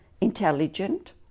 intelligent